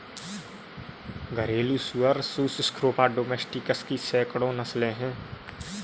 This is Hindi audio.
घरेलू सुअर सुस स्क्रोफा डोमेस्टिकस की सैकड़ों नस्लें हैं